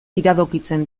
iradokitzen